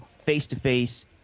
face-to-face